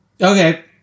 Okay